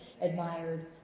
admired